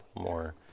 more